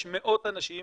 יש מאות אנשים,